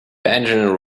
benjamin